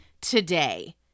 Today